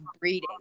breeding